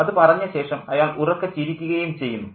അതു പറഞ്ഞ ശേഷം അയാൾ ഉറക്കെ ചിരിക്കുകയും ചെയ്യുന്നു